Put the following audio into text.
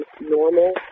normal